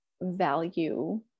value